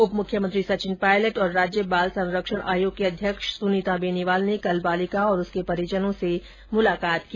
उप मुख्यमंत्री सचिन पायलट और राज्य बाल संरक्षण आयोग की अध्यक्ष सुनीता बेनीवाल ने कल बालिका और उसके परिजनों से मुलाकात की